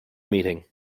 meeting